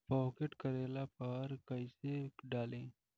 Pocket करेला पर कैसे डाली?